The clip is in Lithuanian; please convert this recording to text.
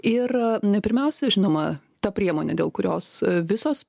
ir na pirmiausia žinoma ta priemonė dėl kurios visos